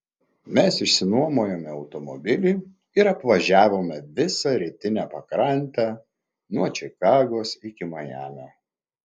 mes išsinuomojome automobilį ir apvažiavome visą rytinę pakrantę nuo čikagos iki majamio